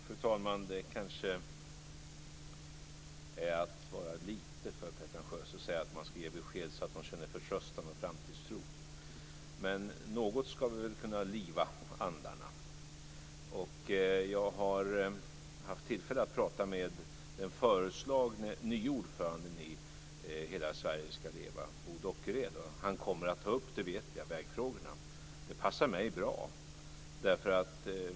Fru talman! Det kanske är att vara lite för pretentiös att säga att man ska ge besked så att människor känner förtröstan och framtidstro. Men något ska vi väl kunna liva andarna. Jag har haft tillfälle att tala med den föreslagne nye ordföranden i Hela Sverige ska leva, Bo Dockered, och jag vet att han kommer att ta upp vägfrågorna. Det passar mig bra.